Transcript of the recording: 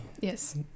Yes